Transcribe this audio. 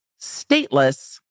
stateless